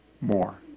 more